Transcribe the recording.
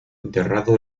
enterrado